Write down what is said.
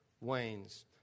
wanes